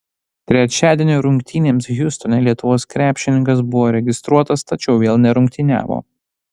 trečiadienio rungtynėms hjustone lietuvos krepšininkas buvo registruotas tačiau vėl nerungtyniavo